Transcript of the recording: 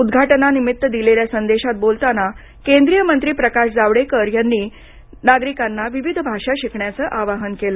उद्घाटनानिमित्त दिलेल्या संदेशात बोलताना केंद्रीय मंत्री प्रकाश जावडेकर यांनी विविध भाषा शिकण्याचं आवाहन केलं